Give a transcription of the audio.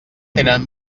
tenen